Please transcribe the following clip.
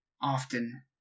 often